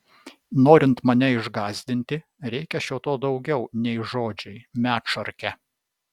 norint mane išgąsdinti reikia šio to daugiau nei žodžiai medšarke